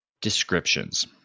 descriptions